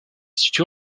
située